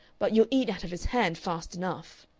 but you'll eat out of his hand fast enough.